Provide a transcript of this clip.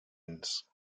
ins